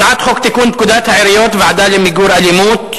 הצעת חוק לתיקון פקודת העיריות (ועדה למיגור אלימות),